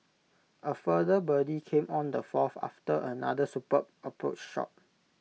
A further birdie came on the fourth after another superb approach shot